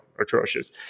atrocious